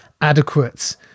adequate